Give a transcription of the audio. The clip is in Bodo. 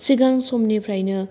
सिगां समनिफ्रायनो